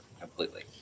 completely